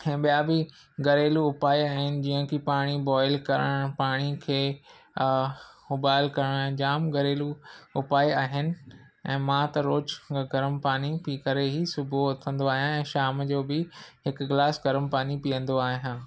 ऐं ॿिया बि घरेलू उपाय आहिनि जीअं की पाणी बॉइल करणु पाणी खे उहो बॉइल करणु जामु घरेलू उपाउ आहिनि ऐं मां त रोज़ु गरम पाणी पी करे ई सुबुह जो उथंदो आहियां ऐं शाम जो बि हिकु ग्लास गरम पाणी पीअंदो आहियां